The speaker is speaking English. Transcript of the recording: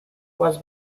was